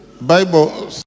bible